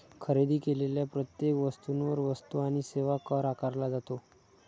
खरेदी केलेल्या प्रत्येक वस्तूवर वस्तू आणि सेवा कर आकारला जातो